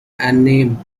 anne